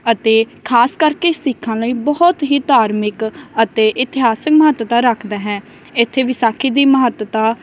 ਅਤੇ ਖ਼ਾਸ ਕਰਕੇ ਸਿੱਖਾਂ ਲਈ ਬਹੁਤ ਹੀ ਧਾਰਮਿਕ ਅਤੇ ਇਤਿਹਾਸਿਕ ਮਹੱਤਤਾ ਰੱਖਦਾ ਹੈ ਇੱਥੇ ਵਿਸਾਖੀ ਦੀ ਮਹੱਤਤਾ